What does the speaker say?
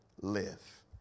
live